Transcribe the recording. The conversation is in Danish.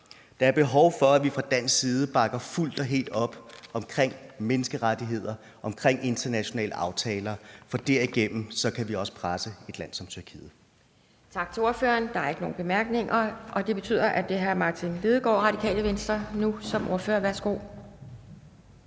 Der er behov for, at vi fra dansk side bakker fuldt og helt op om menneskerettigheder, om internationale aftaler, for derigennem kan vi også presse et land som Tyrkiet.